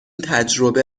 تجربه